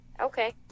okay